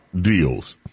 deals